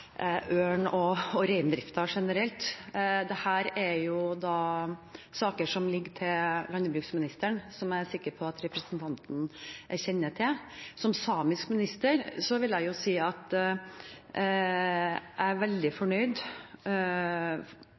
og reindriften generelt. Dette er saker som ligger til landbruksministeren, noe jeg er sikker på at representanten kjenner til. Som samisk minister vil jeg si at jeg er veldig fornøyd